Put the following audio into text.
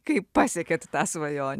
kaip pasiekėt tą svajonę